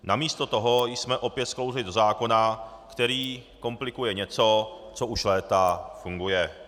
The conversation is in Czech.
Namísto toho jsme opět sklouzli do zákona, který komplikuje něco, co už léta funguje.